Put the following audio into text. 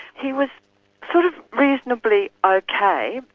he was sort of reasonably okay,